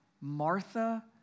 Martha